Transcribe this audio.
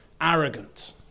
arrogant